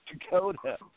Dakota